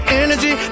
energy